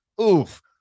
oof